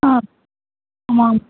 ஆ ஆமாம்